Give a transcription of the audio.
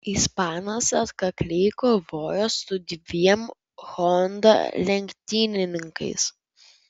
ispanas atkakliai kovojo su dviem honda lenktynininkais